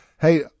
Hey